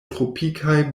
tropikaj